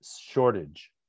shortage